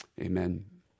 Amen